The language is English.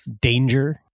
danger